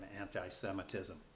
anti-Semitism